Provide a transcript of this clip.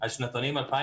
הולכים אחד לפניו,